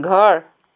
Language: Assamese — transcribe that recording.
ঘৰ